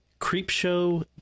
Creepshow